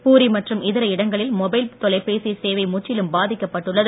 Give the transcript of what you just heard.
பூரி மற்றும் இதர இடங்களில் மொபைல் தொலைபேசி சேவை முற்றிலுமாக பாதிக்கப்பட்டுள்ளது